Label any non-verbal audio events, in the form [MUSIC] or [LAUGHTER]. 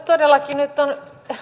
[UNINTELLIGIBLE] todellakin nyt on